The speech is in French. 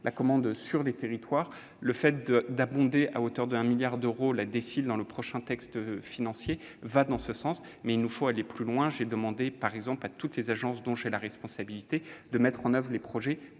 la commande sur les territoires. Le fait d'abonder à hauteur de 1 milliard d'euros la dotation de soutien à l'investissement local (DSIL) dans le prochain texte financier va dans ce sens, mais il nous faut aller plus loin. J'ai demandé, par exemple, à toutes les agences dont j'ai la responsabilité de mettre en oeuvre les projets